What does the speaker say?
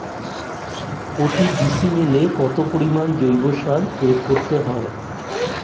প্রতি ডিসিমেলে কত পরিমাণ জৈব সার প্রয়োগ করতে হয়?